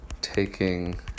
taking